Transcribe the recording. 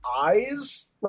eyes